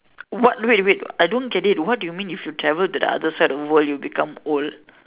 what wait wait I don't get it what you mean if you travel to the other side of the world you become old